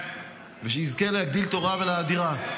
ושיזכה להגדיל תורה ולהאדירה.